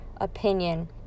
opinion